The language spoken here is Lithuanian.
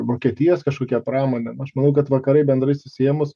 vokietijos kažkokia pramonė aš manau kad vakarai bendrai susiėmus